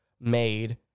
made